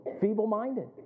Feeble-minded